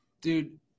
Dude